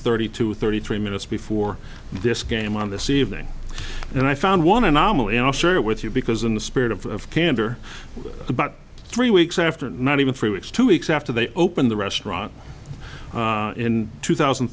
thirty two thirty three minutes before this game on this evening and i found one anomaly and i'll share it with you because in the spirit of candor about three weeks after not even three weeks two weeks after they opened the restaurant in two thousand